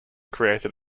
created